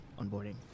onboarding